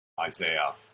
Isaiah